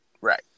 right